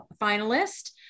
finalist